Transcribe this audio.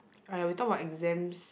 !aiya! we talk about exams